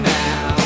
now